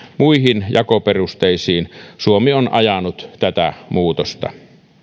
muihin jakoperusteisiin suomi on ajanut tätä muutosta